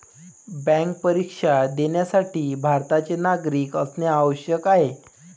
bank परीक्षा देण्यासाठी भारताचे नागरिक असणे आवश्यक आहे